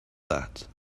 that